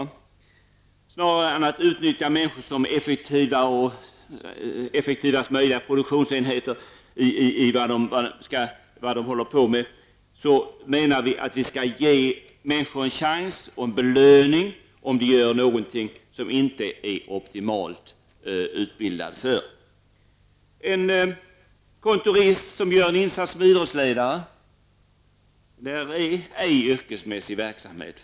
Hellre än att man utnyttjar människor som effektivaste möjliga produktionsenhet, menar vi att människorna skall ges en belöning om de gör någonting som de inte är optimalt utbildade för. Det kan gälla en kontorist som gör en insats som idrottsledare. Från hans synpunkt är det fråga om ej yrkesmässig verksamhet.